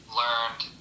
learned